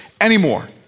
anymore